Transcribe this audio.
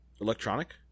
Electronic